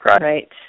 Right